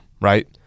right